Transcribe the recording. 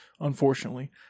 unfortunately